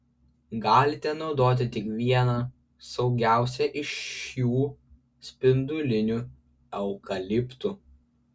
galite naudoti tik vieną saugiausią iš jų spindulinių eukaliptų